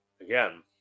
again